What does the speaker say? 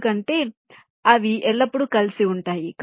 ఎందుకంటే అవి ఎల్లప్పుడూ కలిసి ఉంటాయి